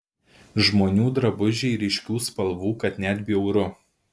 žmonių drabužiai ryškių spalvų kad net bjauru